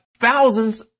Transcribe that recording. thousands